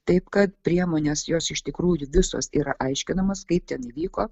taip kad priemonės jos iš tikrųjų visos yra aiškinamos kaip ten įvyko